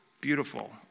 beautiful